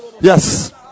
Yes